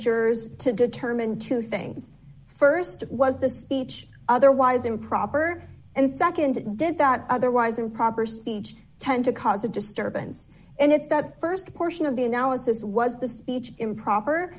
jurors to determine two things st was the speech otherwise improper and nd did that otherwise improper speech tend to cause a disturbance and if that st portion of the analysis was the speech improper